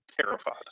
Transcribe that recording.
terrified